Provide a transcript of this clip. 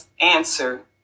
answer